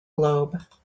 globe